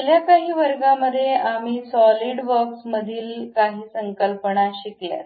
गेल्या काही वर्गांमध्ये आम्ही सॉलीडवर्क्समधील काही संकल्पना शिकल्या